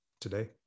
today